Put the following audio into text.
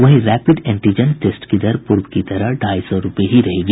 वहीं rapid antigen test की दर पूर्व की तरह ढ़ाई सौ रूपये रहेगी